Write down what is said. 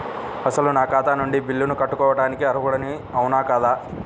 అసలు నా ఖాతా నుండి బిల్లులను కట్టుకోవటానికి అర్హుడని అవునా కాదా?